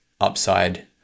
upside